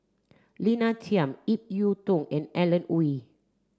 Lina Chiam Ip Yiu Tung and Alan Oei